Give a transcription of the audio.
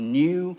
new